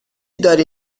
داری